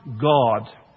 God